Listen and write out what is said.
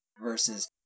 Versus